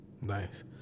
Nice